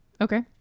Okay